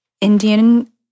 Indian